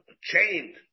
chained